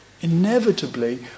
inevitably